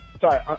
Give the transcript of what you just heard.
Sorry